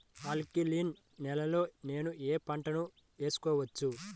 Alkaline నేలలో నేనూ ఏ పంటను వేసుకోవచ్చు?